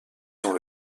dans